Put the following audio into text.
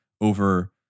over